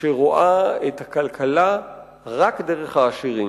שרואה את הכלכלה רק דרך העשירים.